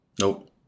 Nope